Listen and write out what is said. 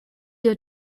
your